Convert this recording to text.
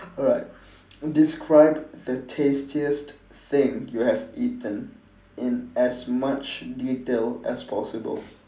alright describe the tastiest thing you have eaten in as much detail as possible